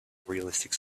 realistic